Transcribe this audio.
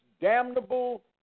damnable